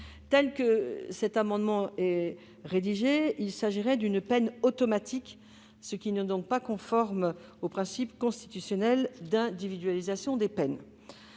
de cet amendement qu'il s'agirait d'une peine automatique, ce qui n'est pas conforme au principe constitutionnel d'individualisation des peines.